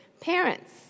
parents